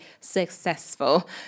successful